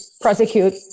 prosecute